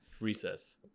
Recess